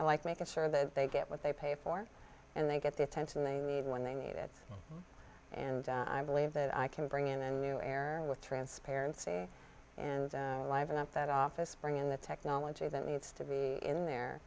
i like making sure that they get what they pay for and they get the attention they need when they need it and i believe that i can bring in a new era with transparency and liven up that office bring in the technology that needs to be in there